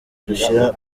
dushyira